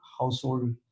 household